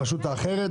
הרשות האחרת?